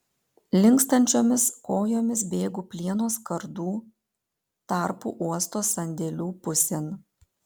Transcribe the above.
linkstančiomis kojomis bėgu plieno skardų tarpu uosto sandėlių pusėn